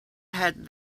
had